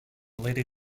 lady